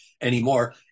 anymore